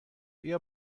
بیا